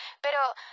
pero